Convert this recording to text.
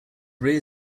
rear